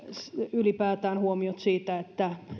ylipäätään huomiot siitä että